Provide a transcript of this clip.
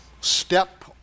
Step